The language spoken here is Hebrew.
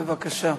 בבקשה.